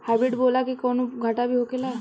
Hybrid बोला के कौनो घाटा भी होखेला?